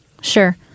Sure